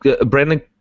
Brandon